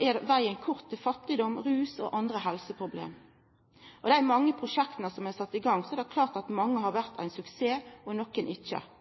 er vegen kort til fattigdom, rus og andre helseproblem. Av dei mange prosjekta som er sette i gang, er det klart at mange har vore ein suksess og